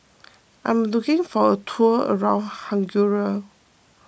I am looking for a tour around Hungary